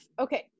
Okay